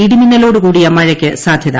ഇടിമിന്നലോടുകൂടിയ മഴയ്ക്ക് സാധ്യത